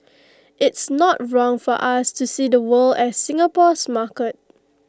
it's not wrong for us to see the world as Singapore's market